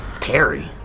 Terry